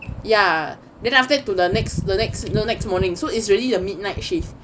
ya then after that till the next the next no next morning so it's really a midnight shift